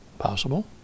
possible